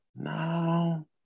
no